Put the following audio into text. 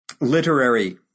literary